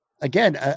again